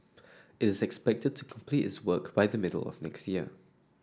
it is expected to complete its work by the middle of next year